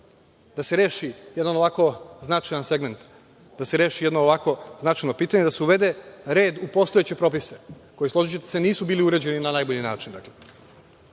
da se reši jedan ovako značajan segment, da se reši jedno ovako značajno pitanje, da se uvede red u postojeće propise, koji, složićete se, nisu bili uređeni na najbolji